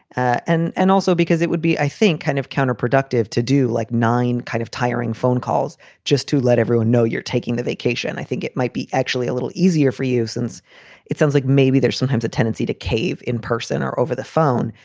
and and also because it would be, i think, kind of counterproductive to do like nine kind of tiring phone calls just to let everyone know you're taking the vacation. i think it might be actually a little easier for you, since it sounds like. maybe there's sometimes a tendency to cave in person or over the phone.